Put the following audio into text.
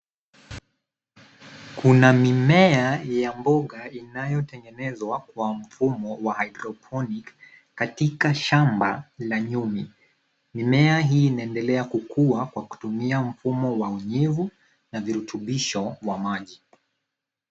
Kuna mimea ya mboga inayotengenezwa kwa mfumo wa hydroponic katika shamba la nyuni . Mimea hii inaendelea kukua kwa kutumia mfumo wa unyevu na virutubisho wa maji.